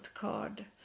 card